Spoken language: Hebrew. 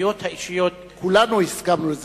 כולנו הסכמנו על זה.